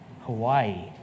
Hawaii